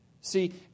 See